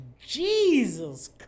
Jesus